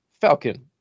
Falcon